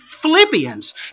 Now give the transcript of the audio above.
Philippians